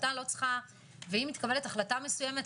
ואם מתקבלת החלטה מסוימת,